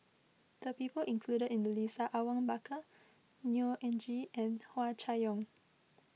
the people included in the list are Awang Bakar Neo Anngee and Hua Chai Yong